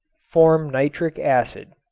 form nitric acid.